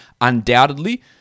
undoubtedly